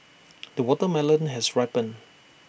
the watermelon has ripened